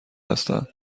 هستند